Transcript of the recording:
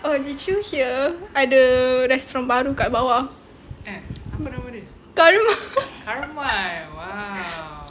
oh did you hear ada restaurant baru kat bawah karma